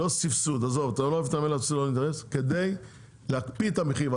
לא סבסוד, כדי להקפיא את המחיר.